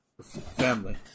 family